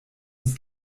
uns